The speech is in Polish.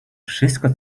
wszystko